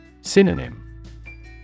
Synonym